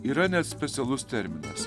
yra net specialus terminas